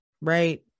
right